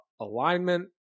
alignment